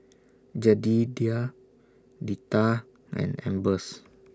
Jedediah Deetta and Ambers